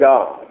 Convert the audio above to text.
God